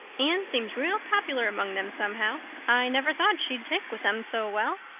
anne seems real popular among them, somehow. i never thought she'd take with them so well.